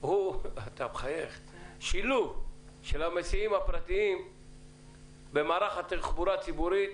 הוא שילוב של המסיעים הפרטיים במערך התחבורה הציבורית